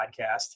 podcast